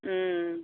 ம்